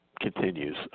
continues